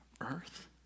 earth